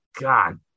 god